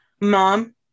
Mom